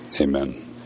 Amen